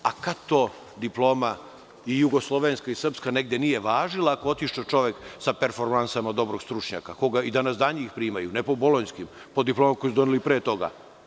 A kad to diploma i jugoslovenska i srpska negde nije važila ako je otišao čoveksa performansama dobrog stručnjaka koga i danas dan primaju, ne po bolonjskim, po diplomama koje su doneli pre toga.